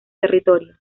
territorio